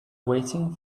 waiting